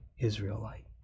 Israelite